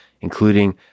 including